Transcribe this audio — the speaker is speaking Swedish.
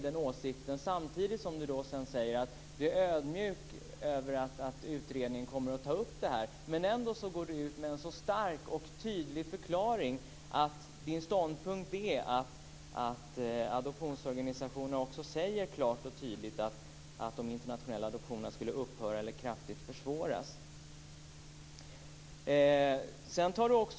Han säger samtidigt att han är ödmjuk inför det faktum att utredningen kommer att ta upp frågan, men han går ändå ut med en så stark och tydlig ståndpunkt. Hans ståndpunkt är att adoptionsorganisationer klart och tydligt säger att de internationella adoptionerna skulle upphöra eller kraftigt försvåras.